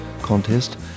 contest